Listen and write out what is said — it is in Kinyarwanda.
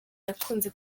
yakunze